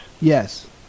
Yes